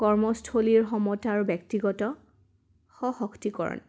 কৰ্মস্থলীৰ সমতা আৰু ব্যক্তিগত স শক্তিকৰৰণ